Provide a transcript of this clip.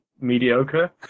mediocre